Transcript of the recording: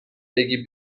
بگی